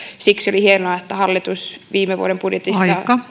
siksi oli hienoa että hallitus viime vuoden budjetissa